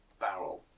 barrel